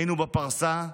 היינו בפרסה,